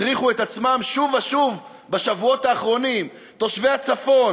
הטריחו את עצמם שוב ושוב בשבועות האחרונים תושבי הצפון